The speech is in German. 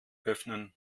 öffnen